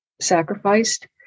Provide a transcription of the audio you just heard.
sacrificed